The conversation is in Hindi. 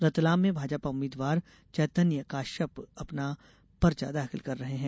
रतलाम में भाजपा उम्मीद्वार चेतन्य काश्यप अपना पर्चा दाखिल कर रहे हैं